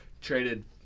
Traded